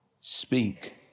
Speak